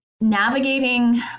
navigating